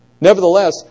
Nevertheless